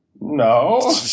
No